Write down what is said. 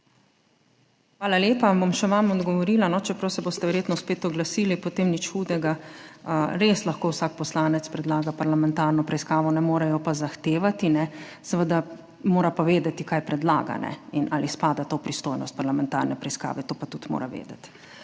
Hvala lepa. Bom še vam odgovorila, čeprav se boste potem verjetno spet oglasili, nič hudega. Res lahko vsak poslanec predlaga parlamentarno preiskavo, ne more je pa zahtevati. Mora pa seveda vedeti, kaj predlaga in ali to spada v pristojnost parlamentarne preiskave, to pa tudi mora vedeti.